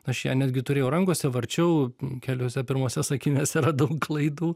aš ją netgi turėjau rankose varčiau keliuose pirmuose sakiniuose radau klaidų